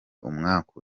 umwaku